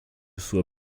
sua